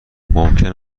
ممکن